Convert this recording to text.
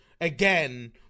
again